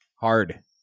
Hard